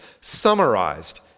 summarized